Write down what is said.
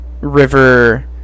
River